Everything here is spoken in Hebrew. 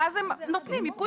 ואז הם נותנים ייפוי כוח.